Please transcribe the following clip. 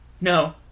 No